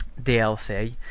DLC